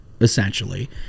essentially